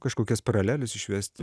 kažkokias paraleles išvesti